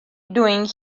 doing